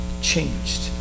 changed